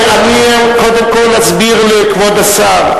אני קודם כול אסביר לכבוד השר.